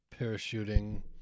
parachuting